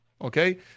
Okay